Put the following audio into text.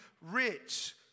rich